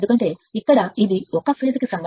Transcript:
ఎందుకంటే ఇక్కడ ఇది ఒక ఫేస్ కు 0